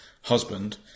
husband